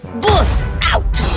both, out!